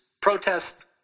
protest